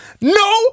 No